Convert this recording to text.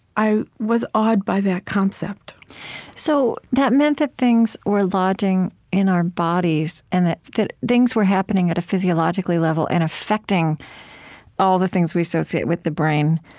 i was awed by that concept so that meant that things were lodging in our bodies and that that things were happening at a physiological level and affecting all the things we associate with the brain.